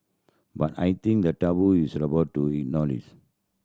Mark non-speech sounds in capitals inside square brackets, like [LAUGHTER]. but I think that taboo is [UNINTELLIGIBLE] about to [UNINTELLIGIBLE]